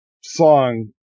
Song